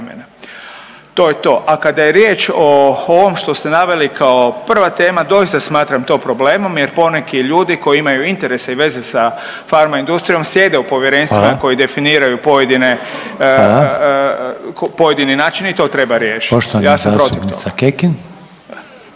to je to. A kada je riječ o ovom što ste naveli kao prva tema, doista smatram to problemom jer poneki ljudi koji imaju interese i veze sa pharma industrijom sjede u povjerenstvima…/Upadica Reiner: Hvala/…koji definiraju pojedine…/Upadica: Hvala/…pojedini način i to treba riješit, ja sam protiv toga.